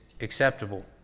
acceptable